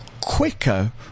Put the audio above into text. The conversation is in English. Quicker